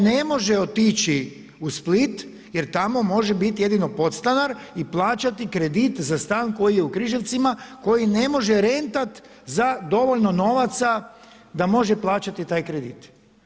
On ne može otići u Split jer tamo može biti jedino podstanar i plaćati kredit za stan koji je u Križevcima koji ne može rentat za dovoljno novaca da može plaćati taj kredit.